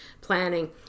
planning